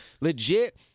legit –